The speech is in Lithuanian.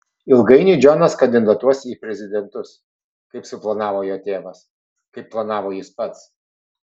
ilgainiui džonas kandidatuos į prezidentus kaip suplanavo jo tėvas kaip planavo jis pats